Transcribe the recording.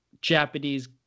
Japanese